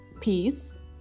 peace